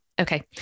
okay